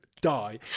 die